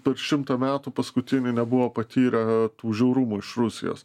per šimtą metų paskutinį nebuvo patyrę tų žiaurumų iš rusijos